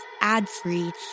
ad-free